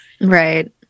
Right